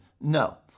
No